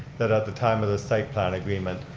that at the time of the site plan agreement,